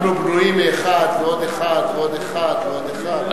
אנחנו בנויים מאחד ועוד אחד ועוד אחד ועוד אחד.